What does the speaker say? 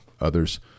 others